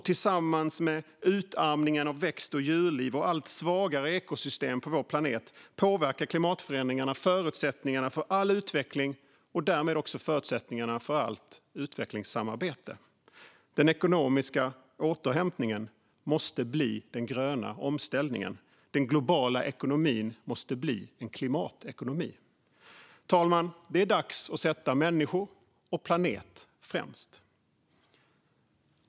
Tillsammans med utarmningen av växt och djurliv och allt svagare ekosystem på vår planet påverkar klimatförändringarna förutsättningarna för all utveckling och därmed också förutsättningarna för allt utvecklingssamarbete. Den ekonomiska återhämtningen måste bli den gröna omställningen. Den globala ekonomin måste bli en klimatekonomi. Det är dags att sätta människor och planet främst, fru talman.